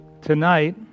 tonight